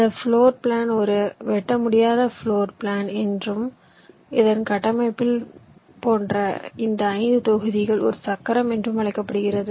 இந்த floor plan ஒரு வெட்ட முடியாத பிளோர் பிளான் என்றும் இந்த கட்டமைப்பியல் போன்ற இந்த 5 தொகுதிகள் ஒரு சக்கரம் என்று அழைக்கப்படுகிறது